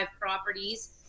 properties